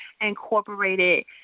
incorporated